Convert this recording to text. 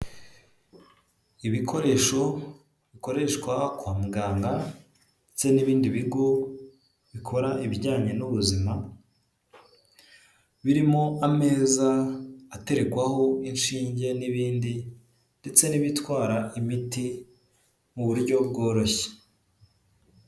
Ibikoresho bikoreshwa kwa muganga, ndetse n'ibindi bigo bikora ibijyanye n'ubuzima, birimo ameza atekwaho inshinge n'ibindi, ndetse n'ibitwara imiti mu buryo bworoshye.